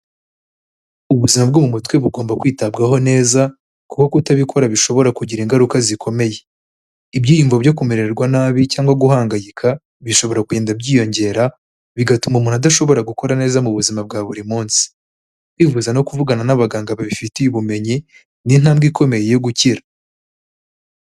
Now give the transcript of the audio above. Ubuzima bwo mu mutwe bugomba kwitabwaho neza kuko kutabikora bishobora kugira ingaruka zikomeye. Ibyiyumvo byo kumererwa nabi cyangwa guhangayika, bishobora kugenda byiyongera, bigatuma umuntu adashobora gukora neza mu buzima bwa buri munsi. Kwifuza no kuvugana n'abaganga babifitiye ubumenyi, ni intambwe ikomeye yo gukira.